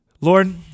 Lord